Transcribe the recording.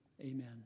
Amen